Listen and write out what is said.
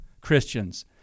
Christians